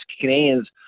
Canadians